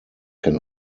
can